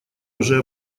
уже